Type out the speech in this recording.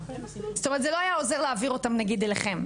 זה לא היה עוזר להעביר אותם אליכם,